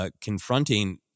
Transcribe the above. confronting